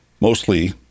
mostly